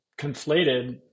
conflated